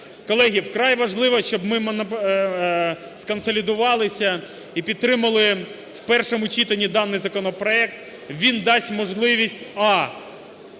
Колеги, вкрай важливо, щоб ми сконсолідувалися і підтримали в першому читанні даний законопроект. Він дасть можливість: